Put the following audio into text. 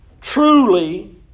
truly